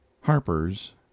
Harper's